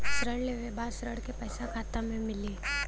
ऋण लेवे के बाद ऋण का पैसा खाता में मिली?